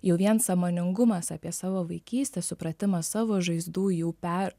jau vien sąmoningumas apie savo vaikystę supratimą savo žaizdų jų per